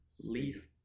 lease